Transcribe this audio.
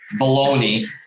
baloney